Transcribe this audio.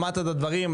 שמעת את הדברים,